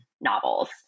novels